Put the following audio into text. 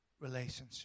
relationship